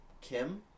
Kim